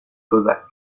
cosaques